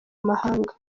mahanga